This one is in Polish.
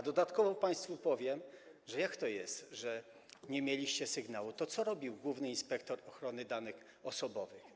A dodatkowo państwu powiem: Jak to jest, że nie mieliście sygnału o tym, co robił główny inspektor ochrony danych osobowych?